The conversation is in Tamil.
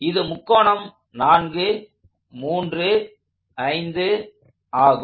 இது முக்கோணம் 435 அங்கும்